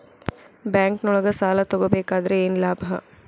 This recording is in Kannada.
ಬ್ಯಾಂಕ್ನೊಳಗ್ ಸಾಲ ತಗೊಬೇಕಾದ್ರೆ ಏನ್ ಲಾಭ?